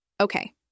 Okay